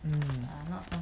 mm